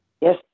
Yes